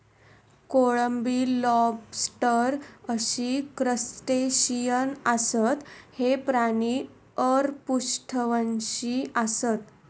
कोळंबी, लॉबस्टर अशी क्रस्टेशियन आसत, हे प्राणी अपृष्ठवंशी आसत